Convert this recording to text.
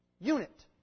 unit